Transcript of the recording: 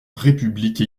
république